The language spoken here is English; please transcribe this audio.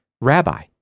rabbi